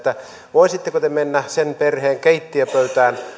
voisitteko te mennä sen perheen keittiönpöytään